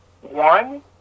One